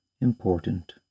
important